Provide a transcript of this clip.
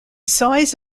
size